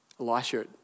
Elijah